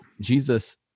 Jesus